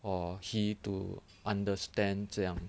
or he to understand 这样